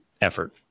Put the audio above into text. effort